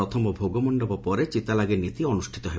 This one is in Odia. ପ୍ରଥମ ଭୋଗ ମଣ୍ଡପ ପରେ ଚିତାଲାଗି ନୀତି ଅନୁଷିତ ହେବ